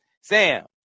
Sam